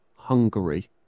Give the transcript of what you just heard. Hungary